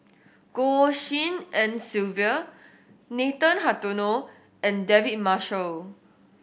Goh Tshin En Sylvia Nathan Hartono and David Marshall